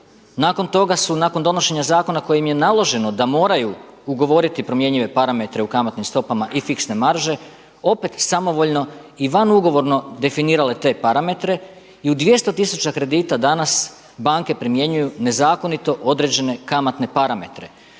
nakon toga su nakon donošenja zakona kojim je naloženo da moraju ugovoriti promjenive parametre u kamatnim stopama i fiksne marže opet samovoljno i vanugovorno definirale te parametre. I u 200 tisuća kredita danas banke primjenjuju nezakonito određene kamatne parametre.